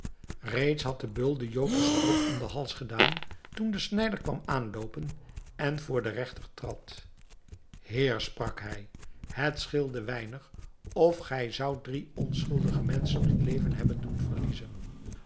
reeds had de beul den jood den strop om den hals gedaan toen de snijder kwam aanloopen en voor den regter trad heer sprak hij het scheelde weinig of gij zoudt drie onschuldige menschen het leven hebben doen verliezen